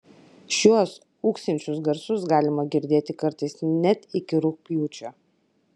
šiuos ūksinčius garsus galima girdėti kartais net iki rugpjūčio